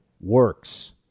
works